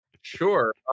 Sure